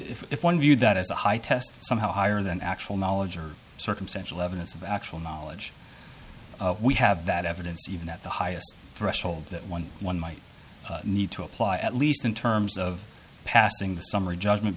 if one viewed that as a high test somehow higher than actual knowledge or circumstantial evidence of actual knowledge we have that at evidence even at the highest threshold that one one might need to apply at least in terms of passing the summary judgment